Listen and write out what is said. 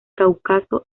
cáucaso